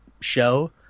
show